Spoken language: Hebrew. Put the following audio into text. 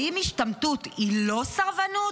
האם השתמטות היא לא סרבנות?